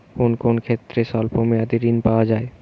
কোন কোন ক্ষেত্রে স্বল্প মেয়াদি ঋণ পাওয়া যায়?